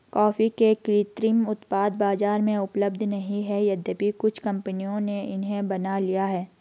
coffee के कृत्रिम उत्पाद बाजार में उपलब्ध नहीं है यद्यपि कुछ कंपनियों ने इन्हें बना लिया है